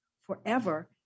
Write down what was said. forever